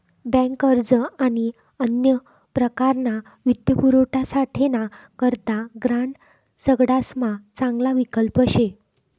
bank अर्ज आणि अन्य प्रकारना वित्तपुरवठासाठे ना करता ग्रांड सगडासमा चांगला विकल्प शे